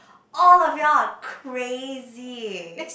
all of you all crazy